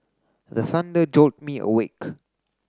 the thunder jolt me awake